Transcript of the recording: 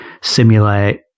simulate